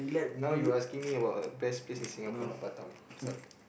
now you asking me about a best place in Singapore not Batam sorry